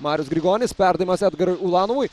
marius grigonis perdavimas edgarui ulanovui